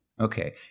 Okay